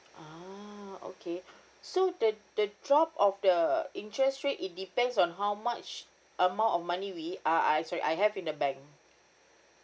ah okay so the the drop of the interest rate it depends on how much amount of money we uh I sorry I have in the bank